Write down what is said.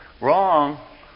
Wrong